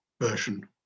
version